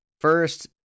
first